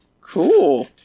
Cool